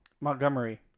Montgomery